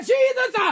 Jesus